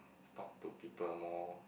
talk to people more